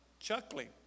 Chuckling